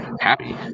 happy